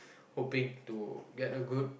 hoping to get a good